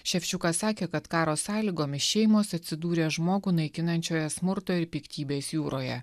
ševčiukas sakė kad karo sąlygomis šeimos atsidūrė žmogų naikinančioje smurto ir piktybės jūroje